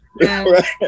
Right